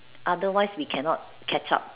otherwise we cannot catch up